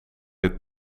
dit